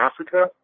Africa